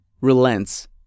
relents